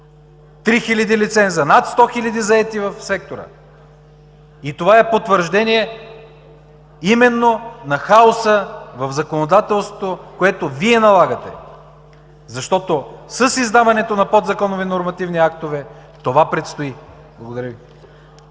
хиляди лиценза, над 100 хиляди заети в сектора. И това е потвърждение именно на хаоса в законодателството, което Вие налагате, защото с издаването на подзаконови нормативни актове това предстои. Благодаря Ви.